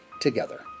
together